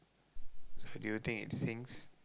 so do you think it sinks